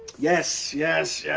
yes? yes, yeah